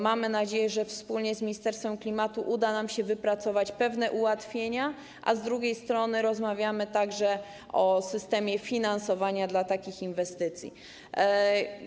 Mamy nadzieję, że wspólnie z ministerstwem klimatu uda nam się wypracować pewne ułatwienia, a z drugiej strony rozmawiamy także o systemie finansowania dla takich inwestycji.